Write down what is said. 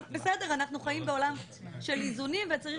אבל אנחנו חיים בעולם של איזונים וצריך